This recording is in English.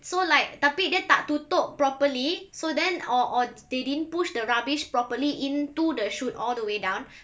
so like tapi dia tak tutup properly so then or or they didn't push the rubbish properly into the chute all the way down